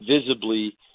visibly